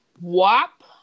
WAP